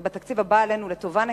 ובתקציב הבא עלינו לטובה,